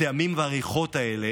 הטעמים והריחות האלה